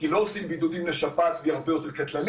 כי לא עושים בידודים לשפעת והיא הרבה יותר קטלנית,